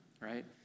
right